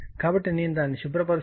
కాబట్టి నేను దానిని శుభ్ర పరుస్తాను